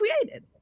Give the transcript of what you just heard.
created